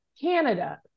canada